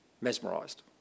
mesmerised